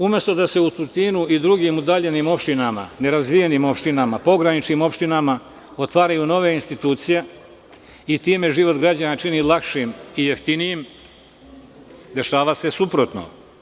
Umesto da se u Tutinu i drugim udaljenim opštinama, nerazvijenim opštinama, pograničnim opštinama otvaraju nove institucije i time život građana čini lakšim i jeftinijim, dešava se suprotno.